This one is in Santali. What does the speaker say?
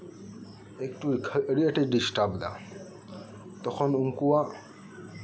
ᱮᱠᱴᱩ ᱟᱸᱰᱤ ᱟᱸᱴᱮ ᱰᱤᱥᱴᱟᱵᱽ ᱮᱫᱟ ᱛᱚᱠᱷᱚᱱ ᱩᱱᱠᱩᱣᱟᱜ